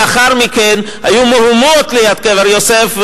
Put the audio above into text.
לאחר מכן היו מהומות ליד קבר יוסף,